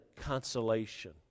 consolation